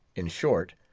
in short,